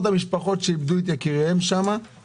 אנחנו